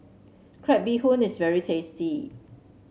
Crab Bee Hoon is very tasty